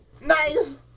Nice